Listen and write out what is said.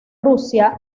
rusia